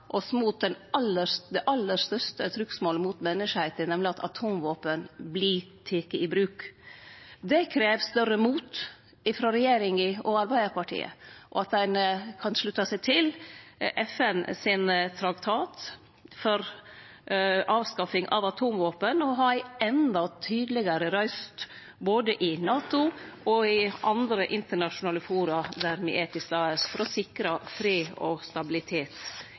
det aller største trugsmålet mot menneskeslekta, nemleg at atomvåpen vert tekne i bruk. Det krev større mot frå regjeringa og Arbeidarpartiet, og at ein kan slutte seg til FNs traktat for avskaffing av atomvåpen og ha ei endå tydelegare røyst, både i NATO og i andre internasjonale forum der me er til stades, for å sikre fred og stabilitet